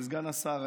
וסגן השר,